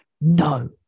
No